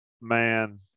man